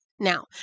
Now